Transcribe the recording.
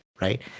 right